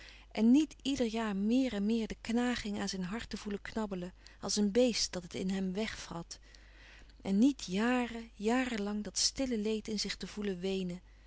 en niet ieder jaar meer en meer de knaging aan zijn hart te voelen knabbelen als een beest dat het in hem weg vrat en niet jaren jaren lang dat stille leed in zich te voelen weenen